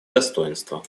достоинство